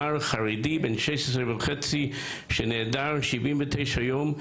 נער חרדי בן 16 וחצי שנעדר 79 ימים,